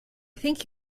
think